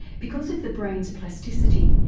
because of the brain's plasticity,